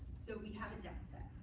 so we have a deficit.